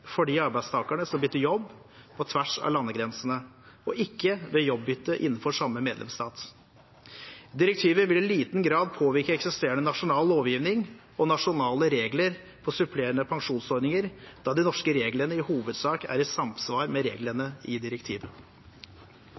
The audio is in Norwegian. for de arbeidstakerne som bytter jobb på tvers av landegrensene, og ikke ved jobbytte innenfor samme medlemsstat. Direktivet vil i liten grad påvirke eksisterende nasjonal lovgivning og nasjonale regler for supplerende pensjonsordninger, da de norske reglene i hovedsak er i samsvar med reglene i direktivet.